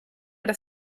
das